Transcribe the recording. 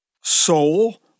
Soul